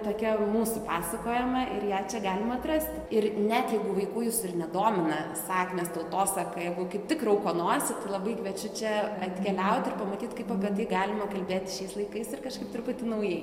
tokia mūsų pasakojama ir ją čia galima atrasti ir net jeigu vaikų jūsų ir nedomina sakmės tautosaka jeigu kaip tik rauko nosį tai labai kviečiu čia atkeliaut ir pamatyt kaip apie tai galima kalbėti šiais laikais ir kažkaip truputį naujai